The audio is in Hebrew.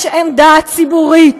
יש עמדה ציבורית